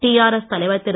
TRS தலைவர் திரு